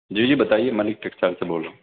جی جی بتائیے ملک ٹکسٹائل سے بول رہا ہوں